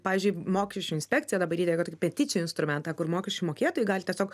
pavyzdžiui mokesčių inspekcija dabar lieka tik peticijų instrumentą kur mokesčių mokėtojai gali tiesiog